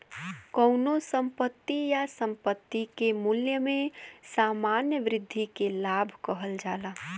कउनो संपत्ति या संपत्ति के मूल्य में सामान्य वृद्धि के लाभ कहल जाला